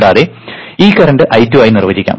കൂടാതെ ഈ current I2 ആയി നിർവചിക്കാം